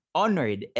honored